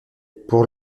pour